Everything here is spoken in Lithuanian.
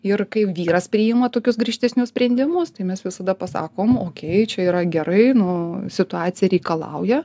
ir kaip vyras priima tokius griežtesnius sprendimus tai mes visada pasakom okei čia yra gerai nu situacija reikalauja